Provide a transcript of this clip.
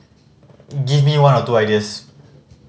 give me one or two ideas